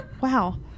Wow